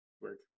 work